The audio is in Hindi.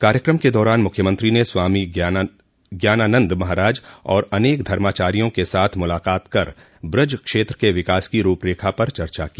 कार्यक्रम के दौरान मुख्यमंत्री ने स्वामी ग्यानानंद महाराज और अनेक धर्माचार्यो के साथ मुलाकात कर ब्रज क्षेत्र के विकास की रूपरेखा पर चर्चा की